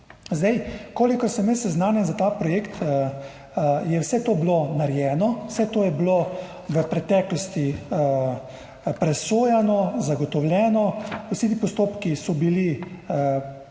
Kolikor sem jaz seznanjen za ta projekt, je vse to bilo narejeno, vse to je bilo v preteklosti presojano, zagotovljeno, vsi ti postopki so